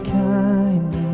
kindness